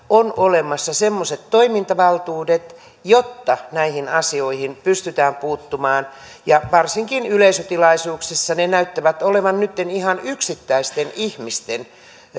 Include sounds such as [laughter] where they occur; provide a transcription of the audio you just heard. [unintelligible] on olemassa semmoiset toimintavaltuudet joilla näihin asioihin pystytään puuttumaan varsinkin yleisötilaisuuksissa ne ne näyttävät olevan nytten ihan yksittäisten ihmisten